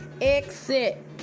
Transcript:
Exit